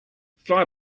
fly